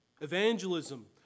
Evangelism